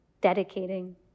dedicating